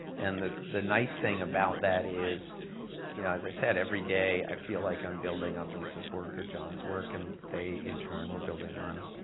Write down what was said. and the the nice thing about that is you know as i said every day i feel like i'm building on lisa's work, or john's work, and they in turn were building on